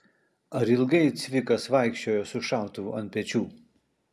ar ilgai cvikas vaikščiojo su šautuvu ant pečių